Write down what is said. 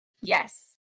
yes